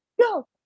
go